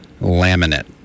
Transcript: laminate